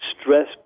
stress